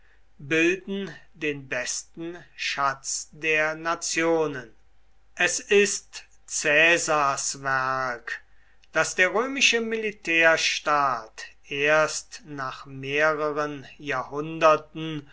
bilden den besten schatz der nationen es ist caesars werk daß der römische militärstaat erst nach mehreren jahrhunderten